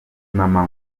mama